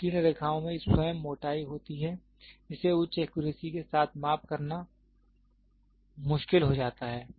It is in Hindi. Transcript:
उत्कीर्ण रेखाओं में स्वयं मोटाई होती है जिससे उच्च एक्यूरेसी के साथ माप करना मुश्किल हो जाता है